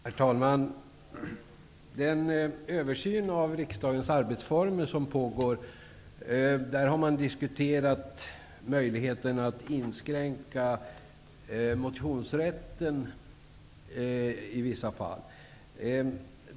Herr talman! Vid den översyn av riksdagens arbetsformer som pågår har man diskuterat möjligheten att inskränka motionsrätten i vissa fall.